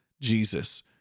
Jesus